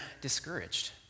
discouraged